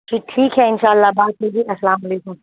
پھر ٹھیک ہے ان شاء اللہ بات کیجیے گا السلام علیکم